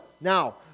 Now